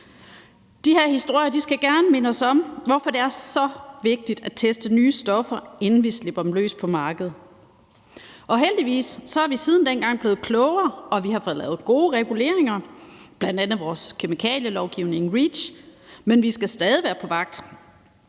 De her historier skal gerne minde os om, hvorfor det er så vigtigt at teste nye stoffer, inden vi slipper dem løs på markedet. Og heldigvis er vi siden dengang blevet klogere, og vi har fået lavet gode reguleringer, bl.a. med vores kemikalielovgivning REACH, men vi skal stadig være på vagt,